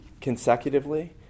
consecutively